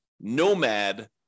nomad